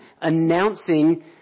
announcing